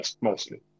mostly